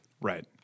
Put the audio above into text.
right